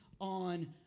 on